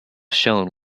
shone